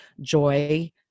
joy